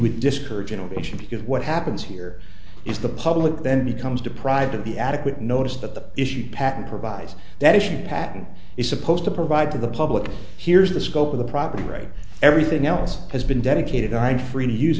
would discourage innovation because what happens here is the public then becomes deprived of the adequate notice that the issue patent provides that issue patent is supposed to provide to the public here's the scope of the property right everything else has been dedicated i'm free to use